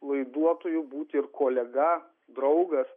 laiduotoju būti ir kolega draugas